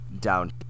down